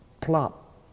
plop